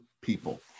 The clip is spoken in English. people